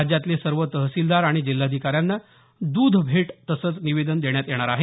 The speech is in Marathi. राज्यातले सर्व तहसीलदार आणि जिल्हाधिकाऱ्यांना द्दध भेट तसंच निवेदन देण्यात येणार आहे